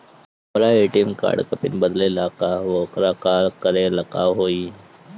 हमरा ATM card के PIN बदले के बा वोकरा ला का करे के होई?